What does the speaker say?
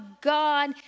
God